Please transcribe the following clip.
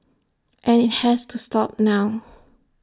and IT has to stop now